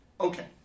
Okay